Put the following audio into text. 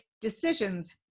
decisions